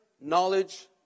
knowledge